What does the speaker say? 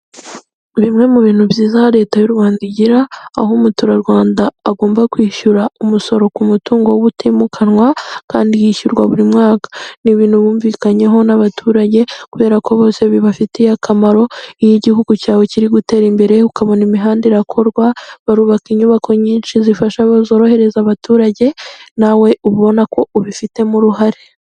Bimwe mu bintu byiza aho leta y'u Rwanda igira aho umuturarwanda agomba kwishyura umusoro ku mutungo w'ubutimukanwa kandi yishyurwa buri mwaka, ni ibintu wumvikanyeho n'abaturage kubera ko bose bibafitiye akamaro, iyo igihugu cyawe kiri gutera imbere ukabona imihanda irakorwa barubaka inyubako nyinshi zifasha zorohereza abaturage nawe ubona ko ubifitemo uruhare.